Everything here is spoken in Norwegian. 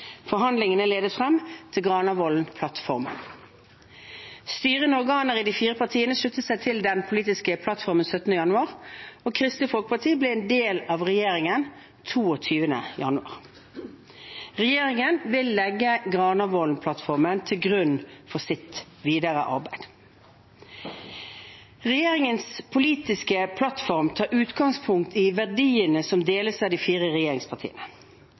Forhandlingene ledet frem til Granavolden-plattformen. Styrende organer i de fire partiene sluttet seg til den politiske plattformen 17. januar, og Kristelig Folkeparti ble en del av regjeringen 22. januar. Regjeringen vil legge Granavolden-plattformen til grunn for sitt videre arbeid. Regjeringens politiske plattform tar utgangspunkt i verdier som deles av de fire regjeringspartiene.